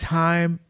time